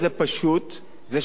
זה שאתה מכוון אליו,